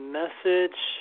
message